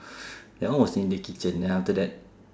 that one was in the kitchen then after that